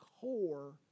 core